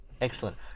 excellent